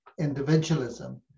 individualism